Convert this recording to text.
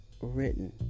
written